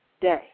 day